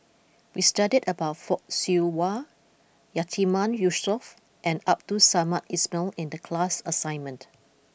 we studied about Fock Siew Wah Yatiman Yusof and Abdul Samad Ismail in the class assignment